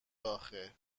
آخه